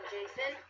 Jason